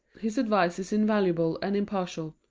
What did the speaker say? his advice is invaluable and impartial.